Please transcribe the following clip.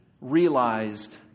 realized